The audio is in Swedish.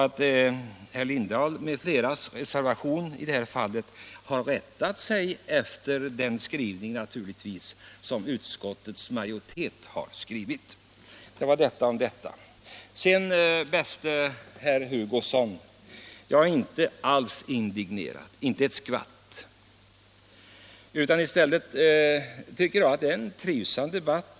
Reservationen av herr Lindahl m.fl. har naturligtvis rättat sig efter den skrivning som utskottets majoritet har gjort. Detta om detta. Till herr Hugosson vill jag säga att jag inte alls är indignerad, inte ett skvatt. I stället tycker jag att det är en trivsam debatt.